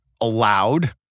allowed